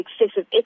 excessive